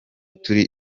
turi